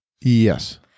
Yes